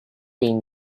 been